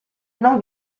non